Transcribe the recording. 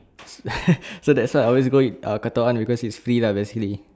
so that's why I always go with uh Cotton On because it's free lah basically